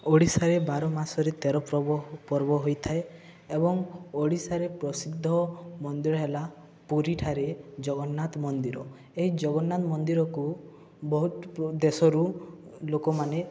ଓଡ଼ିଶାରେ ବାର ମାସରେ ତେର ପର୍ବ ହୋଇଥାଏ ଏବଂ ଓଡ଼ିଶାରେ ପ୍ରସିଦ୍ଧ ମନ୍ଦିର ହେଲା ପୁରୀ ଠାରେ ଜଗନ୍ନାଥ ମନ୍ଦିର ଏହି ଜଗନ୍ନାଥ ମନ୍ଦିରକୁ ବହୁତ ଦେଶରୁ ଲୋକମାନେ